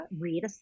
read